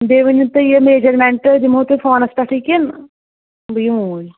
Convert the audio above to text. بیٚیہِ ؤنِو تُہۍ یہِ میجرمٮ۪نٛٹ دِمو تۄہہِ فونَس پٮ۪ٹھٕے کِنہٕ بہٕ یِم اوٗرۍ